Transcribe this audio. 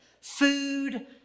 Food